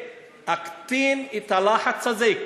להקטין את הלחץ הזה?